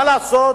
מה לעשות,